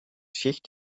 schicht